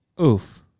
Oof